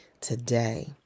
today